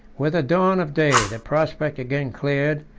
with the dawn of day, the prospect again cleared,